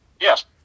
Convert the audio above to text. Yes